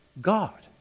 God